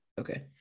okay